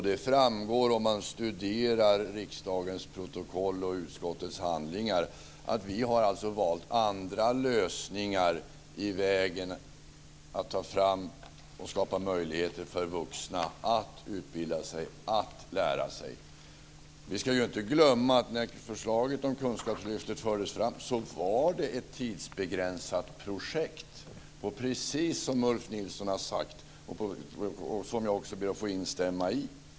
Det framgår om man studerar riksdagens protokoll och utskottets handlingar att vi har valt andra lösningar för att skapa möjligheter för vuxna att utbilda sig, att lära sig. Vi ska ju inte glömma att när förslaget om Kunskapslyftet fördes fram var det ett tidsbegränsat projekt, precis som Ulf Nilsson har sagt och som också jag instämmer i.